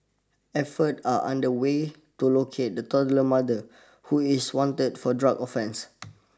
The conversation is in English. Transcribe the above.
efforts are under way to locate the toddler's mother who is wanted for drug offences